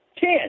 ten